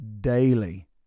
daily